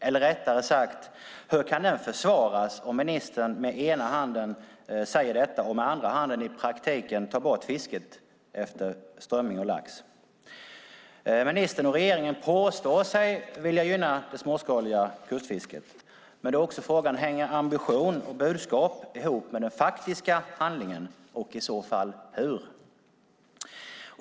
Eller rättare sagt: Hur kan den försvaras om ministern med ena handen säger detta och med andra handen i praktiken tar bort fisket av strömming och lax? Ministern och regeringen påstår sig vilja gynna det småskaliga kustfisket. Men då är frågan: Hänger ambition och budskap ihop med den faktiska handlingen och i så fall hur?